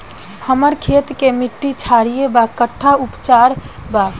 हमर खेत के मिट्टी क्षारीय बा कट्ठा उपचार बा?